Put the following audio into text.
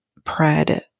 Pred